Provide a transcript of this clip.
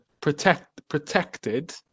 protected